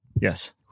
Yes